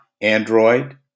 android